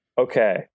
Okay